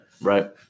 right